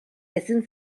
ezin